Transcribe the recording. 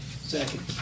Second